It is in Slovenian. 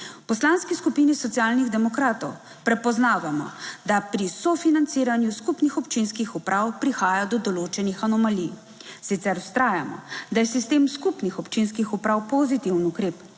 Poslanski skupini Socialnih demokratov prepoznavamo, da pri sofinanciranju skupnih občinskih uprav prihaja do določenih anomalij. Sicer vztrajamo, da je sistem skupnih občinskih uprav pozitiven ukrep,